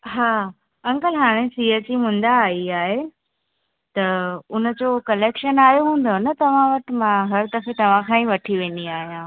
हा अंकल हाणे सिअ जी मूंद आई आहे त हुनजो कलेक्शन आयो हूंदव न तव्हां वटि मां हर दफ़े तव्हां खां ई वठी वेंदी आहियां